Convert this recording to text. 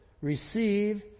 receive